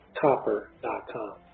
copper.com